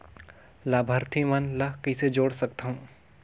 लाभार्थी मन ल कइसे जोड़ सकथव?